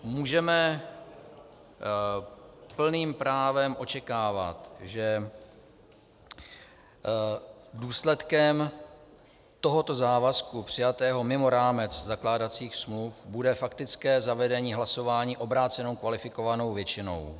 Můžeme plným právem očekávat, že důsledkem tohoto závazku přijatého mimo rámec zakládacích smluv bude faktické zavedení hlasování obrácenou kvalifikovanou většinou.